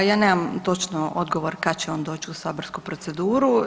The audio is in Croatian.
Ja nemam točno odgovor kad će on doć u saborsku proceduru.